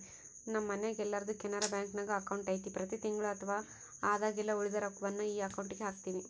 ನಮ್ಮ ಮನೆಗೆಲ್ಲರ್ದು ಕೆನರಾ ಬ್ಯಾಂಕ್ನಾಗ ಅಕೌಂಟು ಐತೆ ಪ್ರತಿ ತಿಂಗಳು ಅಥವಾ ಆದಾಗೆಲ್ಲ ಉಳಿದ ರೊಕ್ವನ್ನ ಈ ಅಕೌಂಟುಗೆಹಾಕ್ತಿವಿ